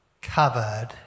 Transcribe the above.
covered